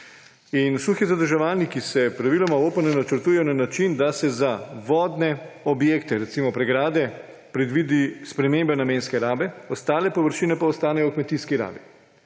Suhi zadrževalniki se praviloma v OPN načrtujejo na način, da se za vodne objekte, recimo pregrade, predvidi sprememba namenske rabe, ostale površine pa ostanejo v kmetijski rabi.